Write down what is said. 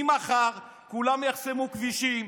ממחר כולם יחסמו כבישים,